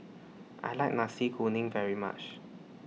I like Nasi Kuning very much